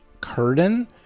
curtain